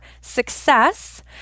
success